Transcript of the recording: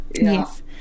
Yes